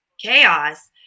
chaos